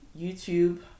YouTube